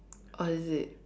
oh is it